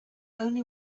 only